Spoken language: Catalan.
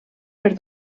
per